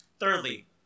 Thirdly